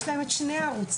יש להם את שני הערוצים.